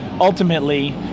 ultimately